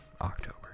October